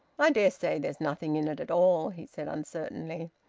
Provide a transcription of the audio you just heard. i dare say there's nothing in it at all, he said uncertainly,